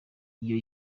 iyo